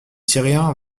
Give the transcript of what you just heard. syriens